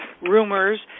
rumors